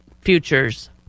futures